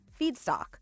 feedstock